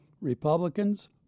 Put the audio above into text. Republicans